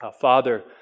Father